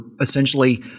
essentially